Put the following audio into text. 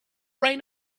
reign